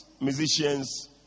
musicians